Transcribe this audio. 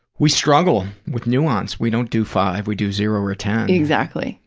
we struggle with nuance. we don't do five. we do zero or ten. exactly,